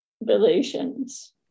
relations